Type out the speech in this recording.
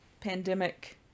pandemic